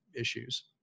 issues